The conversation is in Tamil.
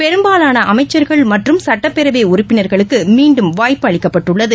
பெரும்பாலான அமைச்சர்கள் மற்றும் சுட்டப்பேரவை உறுப்பினர்களுக்கு மீண்டும் வாய்ப்பு அளிக்கப்பட்டுள்ளது